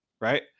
right